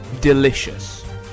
delicious